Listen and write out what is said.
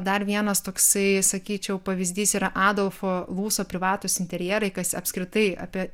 dar vienas toksai sakyčiau pavyzdys yra adolfo lūso privatūs interjerai kas apskritai apie